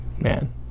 man